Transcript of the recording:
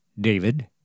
David